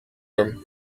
him